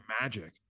magic